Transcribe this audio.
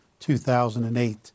2008